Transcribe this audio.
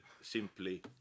simply